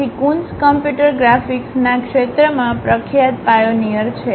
તેથી Coons computer ગ્રાફિક્સના ક્ષેત્રમાં પ્રખ્યાત પાયોનીયર છે